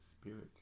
spirit